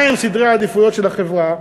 מה הם סדרי העדיפויות של החברה.